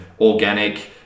organic